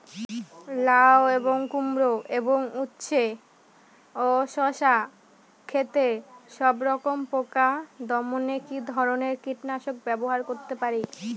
লাউ এবং কুমড়ো এবং উচ্ছে ও শসা ক্ষেতে সবরকম পোকা দমনে কী ধরনের কীটনাশক ব্যবহার করতে পারি?